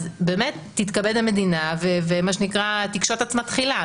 אז באמת תתכבד המדינה ומה שנקרא תקשוט עצמה תחילה,